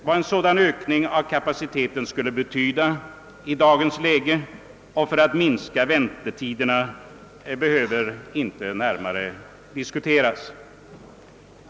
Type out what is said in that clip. Vad en sådan ökning av kapaciteten skulle betyda i dagens läge för att minska väntetiderna behöver inte närmare diskuteras.